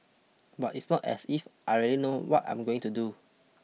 but it's not as if I really know what I'm going to do